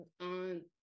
On